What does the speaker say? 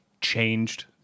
changed